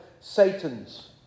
Satan's